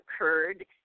occurred